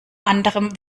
anderem